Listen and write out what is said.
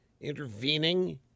intervening